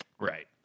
Right